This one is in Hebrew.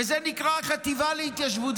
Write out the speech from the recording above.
וזה נקרא החטיבה להתיישבות,